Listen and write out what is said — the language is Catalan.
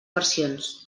versions